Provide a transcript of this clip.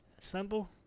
simple